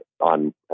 on